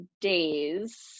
days